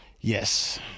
Yes